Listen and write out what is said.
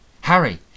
Harry